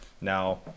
now